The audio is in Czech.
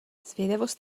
zvědavost